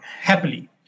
happily